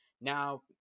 Now